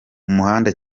umuhanda